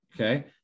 Okay